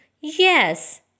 yes